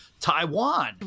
Taiwan